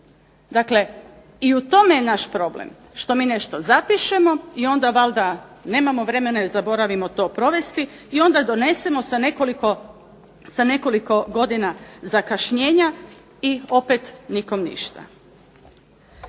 Dakle, i u tom je naš problem. Što mi nešto zapišemo i onda valjda nemamo vremena i zaboravimo to provesti i onda donesemo sa nekoliko godina zakašnjenja i opet nikom ništa.